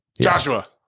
Joshua